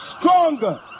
stronger